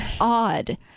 odd